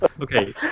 Okay